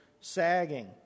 sagging